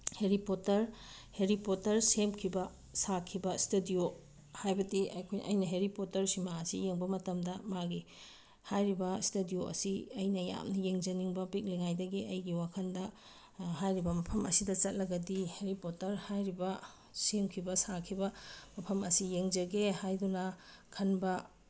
Harry Potter Harry Potter ꯁꯦꯝꯈꯤꯕ ꯁꯥꯈꯤꯕ studio ꯍꯥꯏꯕꯗꯤ ꯑꯩꯈꯣꯏ ꯑꯩꯅ ꯍꯦꯔꯤ ꯄꯣꯇꯔ ꯁꯤꯃꯥ ꯑꯁꯤ ꯌꯦꯡꯕ ꯃꯇꯝꯗ ꯃꯥꯒꯤ ꯍꯥꯏꯔꯤꯕ ꯏꯁꯇꯗꯤꯑꯣ ꯑꯁꯤ ꯑꯩꯅ ꯌꯥꯝꯅ ꯌꯦꯡꯖꯅꯤꯡꯕ ꯄꯤꯛꯂꯤꯉꯥꯏꯗꯒꯤ ꯑꯩꯒꯤ ꯋꯥꯈꯜꯗ ꯍꯥꯏꯔꯤꯕ ꯃꯐꯝ ꯑꯁꯤꯗ ꯆꯠꯂꯒꯗꯤ ꯍꯦꯔꯤ ꯄꯣꯇꯔ ꯍꯥꯏꯔꯤꯕ ꯁꯦꯝꯈꯤꯕ ꯁꯥꯈꯤꯕ ꯃꯐꯝ ꯑꯁꯤ ꯌꯦꯡꯖꯒꯦ ꯍꯥꯏꯗꯨꯅ ꯈꯟꯕ